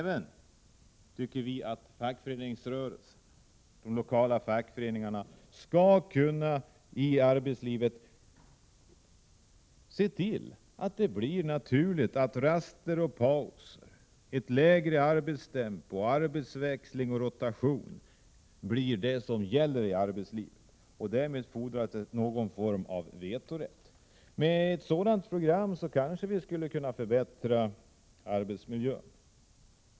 Vi tycker också att de lokala fackföreningarna skall kunna se till att det i arbetslivet blir naturligt med raster, att vi får ett lägre arbetstempo och att arbetsväxling och arbetsrotation får genomslag i arbetslivet. För detta fordras någon form av vetorätt. Med ett sådant program kanske vi skulle kunna förbättra arbetsmiljön.